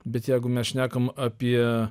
bet jeigu mes šnekam apie